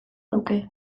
nuke